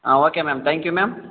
ಹಾಂ okay ma'am thank you ma'am